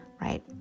Right